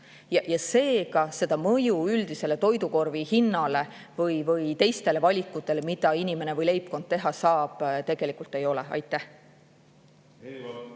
Seega, seda mõju üldisele toidukorvi hinnale või teistele valikutele, mida inimene või leibkond teha saab, tegelikult ei ole. Aitäh!